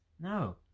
no